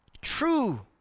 true